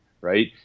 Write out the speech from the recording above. right